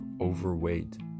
overweight